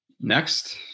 Next